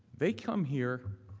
they come here,